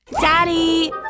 Daddy